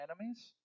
enemies